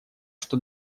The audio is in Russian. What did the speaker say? что